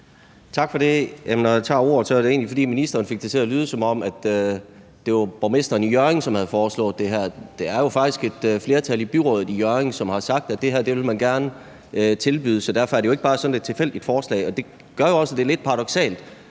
Når jeg tager ordet, er det egentlig, fordi ministeren fik det til at lyde, som om det var borgmesteren i Hjørring, som havde foreslået det her. Det er jo faktisk et flertal i byrådet i Hjørring, som har sagt, at det her vil man gerne tilbyde. Så derfor er det jo ikke bare sådan et tilfældigt forslag. Det gør jo også, at det er lidt paradoksalt,